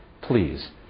Please